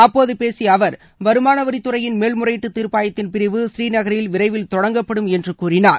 அப்போது பேசிய அவர் வருமான வரித் துறையின் மேல் முறையீட்டு தீர்ப்பாயத்தின் பிரிவு ஸ்ரீநகரில் விரைவில் தொடங்கப்படும் என்று கூறினார்